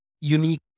unique